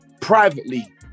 privately